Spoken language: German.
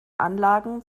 anlagen